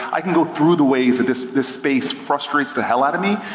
i can go through the ways that this this space frustrates the hell out of me.